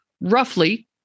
roughly